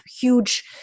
huge